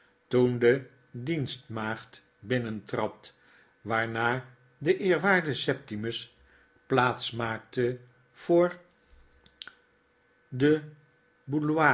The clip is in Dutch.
toen de dienstmaagd binnentrad waarna de eerwaarde septimus plaats maakte voor den